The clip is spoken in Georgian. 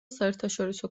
საერთაშორისო